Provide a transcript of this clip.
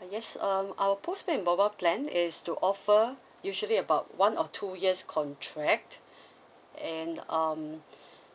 uh yes um our postpaid mobile plan is to offer usually about one or two years contract and um